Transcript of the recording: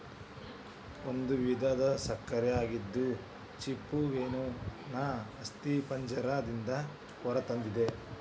ಒಂದು ವಿಧದ ಸಕ್ಕರೆ ಆಗಿದ್ದು ಚಿಪ್ಪುಮೇನೇನ ಅಸ್ಥಿಪಂಜರ ದಿಂದ ದೊರಿತೆತಿ